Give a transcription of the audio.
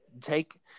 take